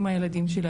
עם הילדים שלי,